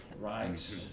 right